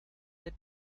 the